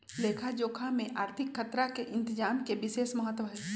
लेखा जोखा में आर्थिक खतरा के इतजाम के विशेष महत्व हइ